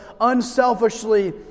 unselfishly